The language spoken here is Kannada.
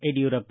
ಯಡಿಯೂರಪ್ಪ